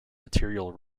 material